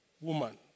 woman